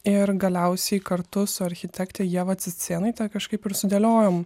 ir galiausiai kartu su architekte ieva cicėnaitė kažkaip ir sudėliojom